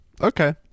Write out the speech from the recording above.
okay